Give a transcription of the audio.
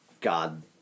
God